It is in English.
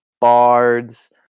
bards